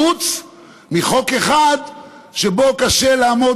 חוץ מחוק אחד שבו קשה לעמוד,